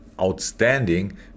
Outstanding